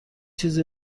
چیزی